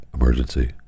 emergency